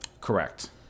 Correct